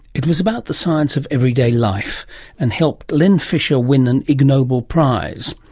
it was about the science of everyday life and helped len fisher win an ig nobel prize.